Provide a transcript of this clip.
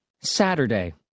Saturday